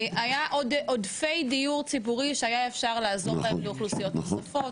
היה עוד עודפי דיור ציבורי שהיה אפשר לעזור להם לאוכלוסיות נוספות,